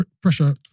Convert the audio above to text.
pressure